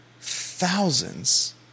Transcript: thousands